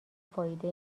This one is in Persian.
فایده